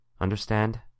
Understand